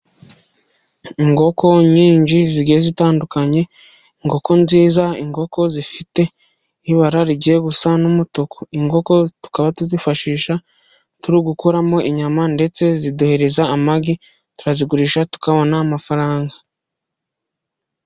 Inkoko nyinshi zigiye zitandukanye , inkoko nziza, inkoko zifite ibara rijya gusa n'umutuku. Inkoko tukaba tuzifashisha turi gukoramo inyama, ndetse ziduhereza amagi, turazigurisha, tukabona amafaranga.